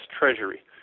Treasury